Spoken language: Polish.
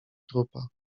trupa